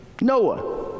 Noah